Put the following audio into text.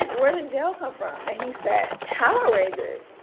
where did jail come from? he said, power rangers.